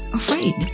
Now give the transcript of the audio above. afraid